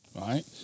right